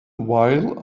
while